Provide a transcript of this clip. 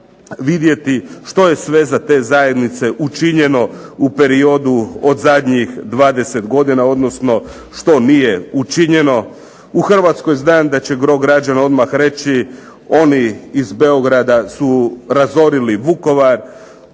vidjeti što je sve za te zajednice učinjeno u periodu od zadnjih 20 godina tj. što nije učinjeno, u Hrvatskoj znam da će gro građana odmah reći oni iz Beograda su razorili Vukovar,